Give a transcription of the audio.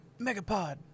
Megapod